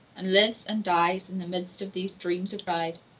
and lives and dies in the midst of these dreams of pride.